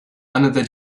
another